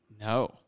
no